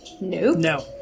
No